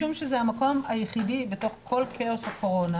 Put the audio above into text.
משום שזה המקום היחידי בתוך כל כאוס הקורונה